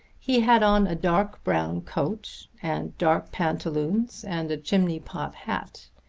he had on a dark brown coat, and dark pantaloons and a chimney-pot hat.